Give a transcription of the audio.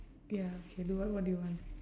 ya okay do what do you want